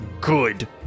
good